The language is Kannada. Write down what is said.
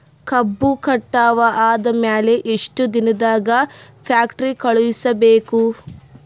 ಕಬ್ಬು ಕಟಾವ ಆದ ಮ್ಯಾಲೆ ಎಷ್ಟು ದಿನದಾಗ ಫ್ಯಾಕ್ಟರಿ ಕಳುಹಿಸಬೇಕು?